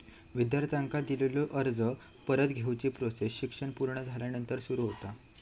विद्यार्थ्यांका दिलेला कर्ज परत घेवची प्रोसेस शिक्षण पुर्ण झाल्यानंतर सुरू होता